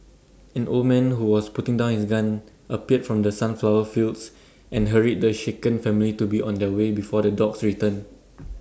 an old man who was putting down his gun appeared from the sunflower fields and hurried the shaken family to be on their way before the dogs return